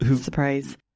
surprise